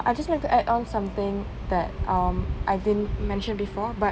I just want to add on something that um I didn't mention before but